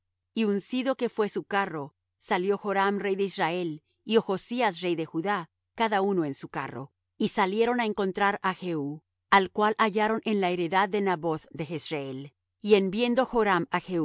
y uncido que fué su carro salió joram rey de israel y ochzías rey de judá cada uno en su carro y salieron á encontrar á jehú al cual hallaron en la heredad de naboth de jezreel y en viendo joram